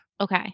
Okay